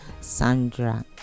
sandra